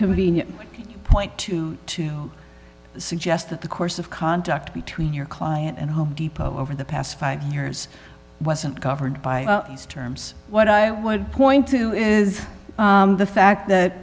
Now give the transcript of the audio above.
convenient point to to suggest that the course of contact between your client and home depot over the past five years wasn't covered by these terms what i would point to is the fact that